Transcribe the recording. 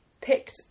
picked